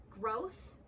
growth